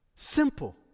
Simple